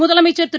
முதலமைச்சர் திரு